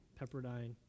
Pepperdine